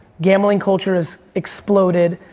gambling culture has exploded.